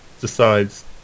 decides